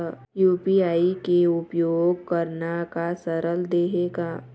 UPI के उपयोग करना का सरल देहें का?